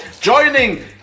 joining